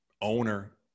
owner